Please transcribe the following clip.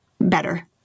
better